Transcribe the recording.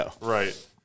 Right